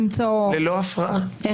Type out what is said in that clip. החוק ללא הפרעה.